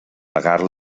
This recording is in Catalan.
pagar